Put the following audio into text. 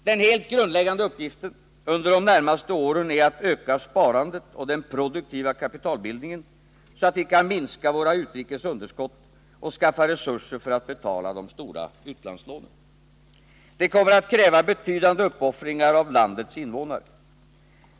Den helt grundläggande uppgiften under de närmaste åren är att öka sparandet och den produktiva kapitalbildningen, så att vi kan minska våra utrikes underskott och skaffa resurser för att betala de stora utlandslånen. Det kommer att kräva betydande uppoffringar av landets invånare.